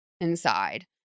inside